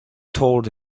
told